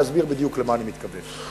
ואסביר בדיוק למה אני מתכוון.